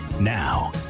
Now